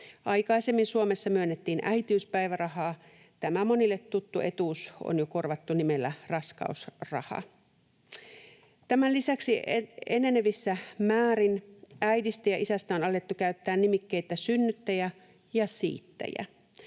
Aikaisemmin Suomessa myönnettiin äitiyspäivärahaa. Tämä monille tuttu etuus on jo korvattu nimellä raskausraha. Tämän lisäksi enenevissä määrin äidistä ja isästä on alettu käyttää nimikkeitä synnyttäjä ja siittäjä.